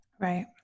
Right